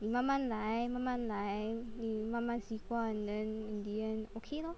你慢慢来慢慢来你慢慢习惯 then in the end okay lor